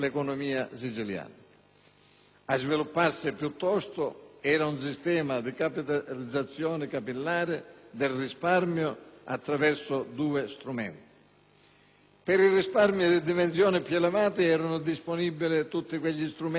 A svilupparsi, piuttosto, era un sistema di captazione capillare del risparmio attraverso due strumenti: per i risparmi di dimensione più elevata erano disponibili tutti quegli strumenti di finanza creativa